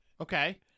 Okay